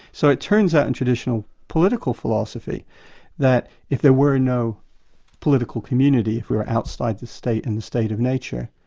so it turns out that in traditional political philosophy that if there were no political community, if we were outside the state in the state of nature